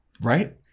Right